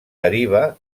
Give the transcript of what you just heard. deriva